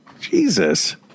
Jesus